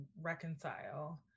reconcile